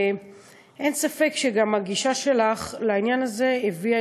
ואין ספק שהגישה שלך לעניין הזה הביאה